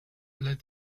like